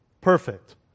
Perfect